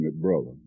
brother